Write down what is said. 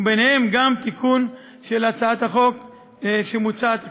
ובהם גם תיקון של הצעת החוק שמוצעת כאן.